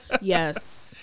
Yes